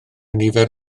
nifer